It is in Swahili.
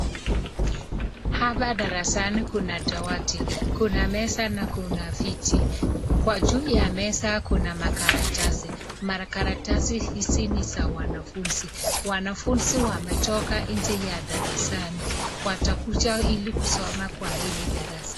Hapa darasani kuna dawati, kuna meza na kuna viti kwa juu ya meza kuna makaratasi. Makaratasi hizi ni za wanafunzi. Wanafunzi wametoka nje ya darasani watakuja ili kusoma kwa hili darasa.